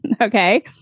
okay